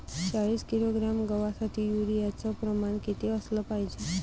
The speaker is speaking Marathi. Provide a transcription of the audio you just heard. चाळीस किलोग्रॅम गवासाठी यूरिया च प्रमान किती असलं पायजे?